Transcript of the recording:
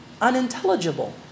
unintelligible